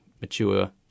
mature